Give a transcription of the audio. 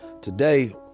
Today